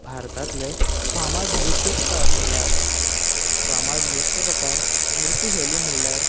भारतातले फामाद नृत्य प कार म्हळ्यार फामाद नृत्य प्रकार वा नृत्य शैली म्ह्ळ्यार